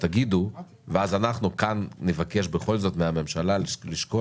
תגידו ואז אנחנו כאן נבקש בכל זאת מן הממשלה לשקול